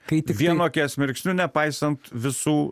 vienu akies mirksniu nepaisant visų